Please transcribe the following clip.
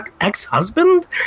ex-husband